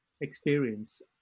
experience